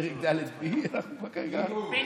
פרק ד' לא בעניין.